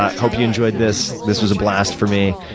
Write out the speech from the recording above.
ah hope you enjoyed this. this was a blast for me.